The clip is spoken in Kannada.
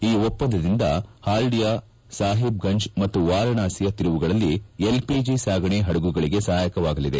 ಈ ಒಪ್ಸಂದದಿಂದ ಹಾಲ್ಡಿಯಾ ಸಾಹಿಬ್ಗಂಜ್ ಮತ್ತು ವಾರಾಣಾಸಿಯ ತಿರುವುಗಳಲ್ಲಿ ಎಲ್ಪಿಜಿ ಸಾಗಣೆ ಹಡಗುಗಳಿಗೆ ಸಹಾಯಕವಾಗಲಿದೆ